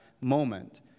moment